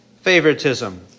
favoritism